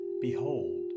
Behold